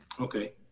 Okay